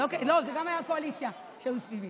לא, זה גם מהקואליציה שהיו סביבי.